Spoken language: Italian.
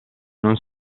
non